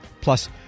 Plus